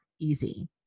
easy